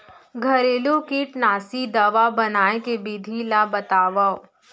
घरेलू कीटनाशी दवा बनाए के विधि ला बतावव?